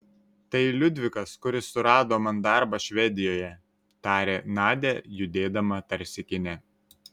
tai liudvikas kuris surado man darbą švedijoje tarė nadia judėdama tarsi kine